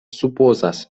supozas